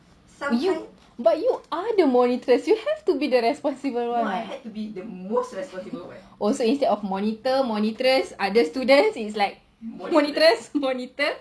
but you are the monitress you have to be the responsible one oh so instead of monitor monitress other students is like monitress monitor